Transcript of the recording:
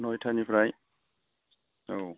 नयथानिफ्राय औ